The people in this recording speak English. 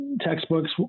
textbooks